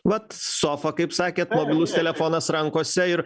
vat sofa kaip sakėt mobilus telefonas rankose ir